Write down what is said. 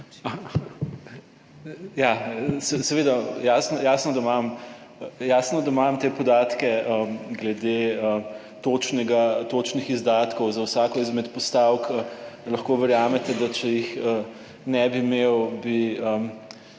da imam, jasno, da imam te podatke glede točnih izdatkov za vsako izmed postavk. Lahko verjamete, da če jih ne bi imel, bi